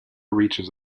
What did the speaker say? reaches